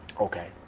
Okay